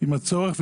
עם הצורך.